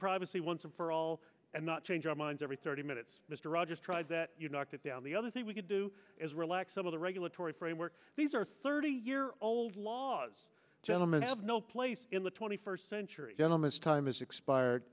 privacy once and for all and not change our minds every thirty minutes mr rogers tried that you knocked it down the other thing we could do is relax some of the regulatory framework these are thirty year old laws gentlemen have no place in the twenty first century gentleman's time has expired